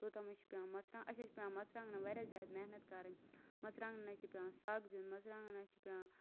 توٚتتام حظ چھِ پیٚوان مَژروانٛگن اَسہِ حظ چھِ پیٚوان مَژروانٛگنَن واریاہ زیاد محنت کَرٕن مَژروانٛگنَن حظ چھ پیٚوان سگ دیُن مَژروانٛگن حظ چھُ پیٚوان